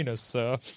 sir